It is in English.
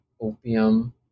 opium